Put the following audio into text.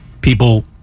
people